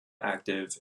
active